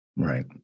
Right